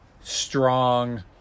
strong